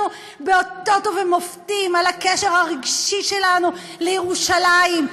באותות ובמופתים על הקשר הרגשי שלנו לירושלים,